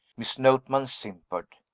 miss notman simpered.